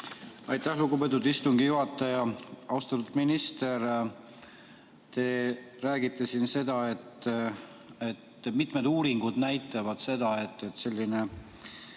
Aitäh, lugupeetud istungi juhataja! Austatud minister! Te räägite siin, et mitmed uuringud näitavad, et selline